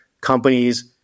Companies